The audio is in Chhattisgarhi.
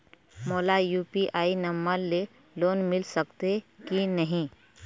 मोला यू.पी.आई नंबर ले लोन मिल सकथे कि नहीं?